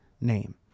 name